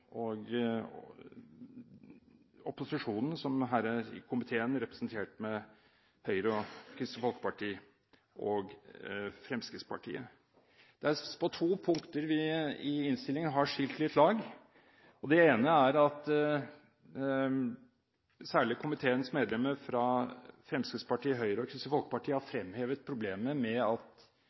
og opposisjonen, som i komiteen er representert med Høyre, Kristelig Folkeparti og Fremskrittspartiet. Det er på to punkter i innstillingen vi har skilt litt lag. Det ene er at særlig komiteens medlemmer fra Fremskrittspartiet, Høyre og Kristelig Folkeparti har fremhevet problemene med at